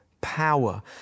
power